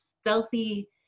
stealthy